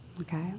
Okay